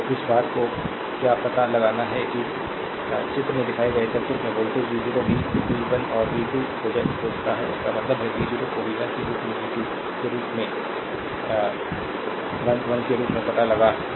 तो इस बात को क्या पता लगाना है कि चित्र में दिखाए गए सर्किट में वोल्टेज v0 भी v 1 और v 2 खोजता है इसका मतलब है v0 को v 1 के रूप में v 2 के रूप में ll के रूप में पता लगाना होगा